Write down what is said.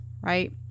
right